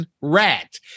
rat